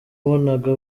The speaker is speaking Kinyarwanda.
wabonaga